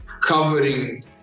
covering